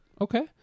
okay